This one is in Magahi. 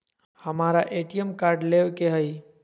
हमारा ए.टी.एम कार्ड लेव के हई